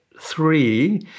three